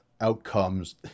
outcomes